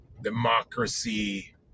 Democracy